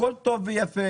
הכול טוב ויפה,